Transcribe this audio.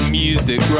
music